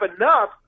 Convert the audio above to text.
enough